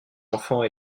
enfants